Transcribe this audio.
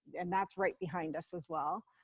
and that's right behind us as well,